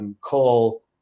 call